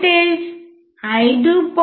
voltage 5